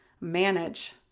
manage